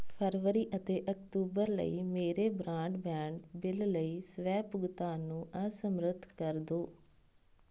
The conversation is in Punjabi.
ਫਰਵਰੀ ਅਤੇ ਅਕਤੂਬਰ ਲਈ ਮੇਰੇ ਬਰਾਂਡਬੈਂਡ ਬਿੱਲ ਲਈ ਸਵੈ ਭੁਗਤਾਨ ਨੂੰ ਅਸਮਰੱਥ ਕਰ ਦਿਉ